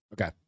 okay